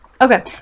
Okay